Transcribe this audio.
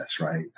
right